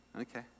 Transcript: okay